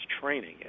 training